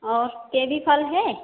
और कीवी फल है